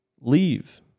leave